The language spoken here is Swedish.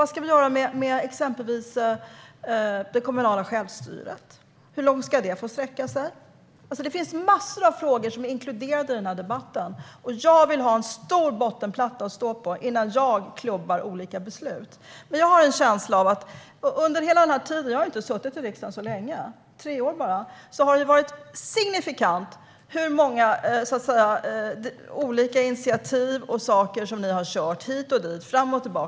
Vad ska vi exempelvis göra med det kommunala självstyret? Hur långt ska det få sträcka sig? Det finns massor av frågor som är inkluderade i den här debatten. Jag vill ha en stor bottenplatta att stå på innan jag är med om att vi klubbar olika beslut. Jag har en känsla av att under hela den här tiden - jag har inte suttit i riksdagen så länge utan bara tre år - har det varit signifikant hur många olika initiativ och saker som ni har kört hit och dit och fram och tillbaka.